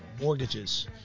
mortgages